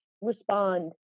respond